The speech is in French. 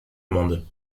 monde